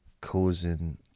causing